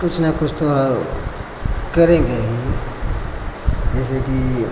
कुछ न कुछ तो करेंगे ही जैसे कि